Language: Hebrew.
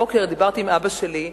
הבוקר דיברתי עם אבא שלי,